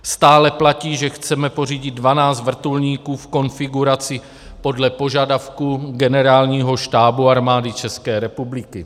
Stále platí, že chceme pořídit 12 vrtulníků v konfiguraci podle požadavků Generálního štábu Armády České republiky.